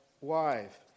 wife